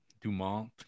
Dumont